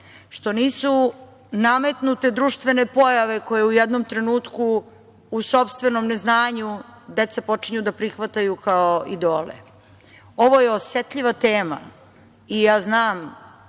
što nisu nametnute društvene pojave koje u jednom trenutku, u sopstvenom neznanju, deca počinju da prihvataju kao idole. Ovo je osetljiva tema i ja znam